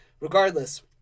Regardless